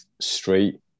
straight